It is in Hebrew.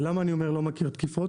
ולמה אני אומר "אני לא מכיר תקיפות"?